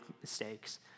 mistakes